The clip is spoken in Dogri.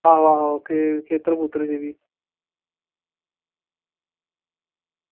आहो आहो ते खेत्तर दी बी